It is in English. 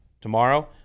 tomorrow